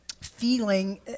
feeling